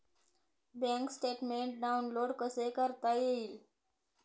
Bank statement download कसे करता येईल?